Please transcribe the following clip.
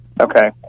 Okay